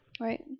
Right